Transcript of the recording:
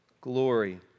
glory